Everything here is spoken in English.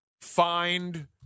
find